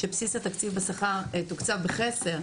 בסיס השכר בשכר תוקצב בחסר.